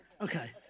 Okay